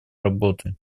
работы